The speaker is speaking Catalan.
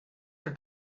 que